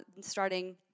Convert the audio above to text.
starting